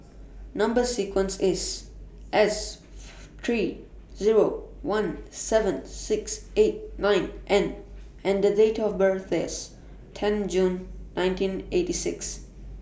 Number sequence IS S three Zero one seven six eight nine N and The Date of birth IS ten June nineteen eighty six